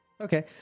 okay